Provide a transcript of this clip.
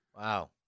Wow